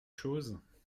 choses